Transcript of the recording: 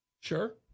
Sure